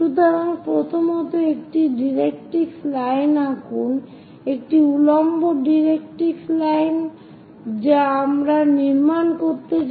সুতরাং প্রথমত একটি ডাইরেক্ট্রিক্স লাইন আঁকুন একটি উল্লম্ব ডাইরেক্ট্রিক্স লাইন যা আমরা নির্মাণ করতে যাচ্ছি